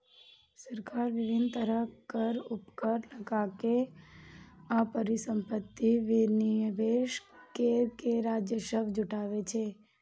सरकार विभिन्न तरहक कर, उपकर लगाके आ परिसंपत्तिक विनिवेश कैर के राजस्व जुटाबै छै